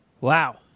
Wow